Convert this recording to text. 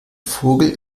vogel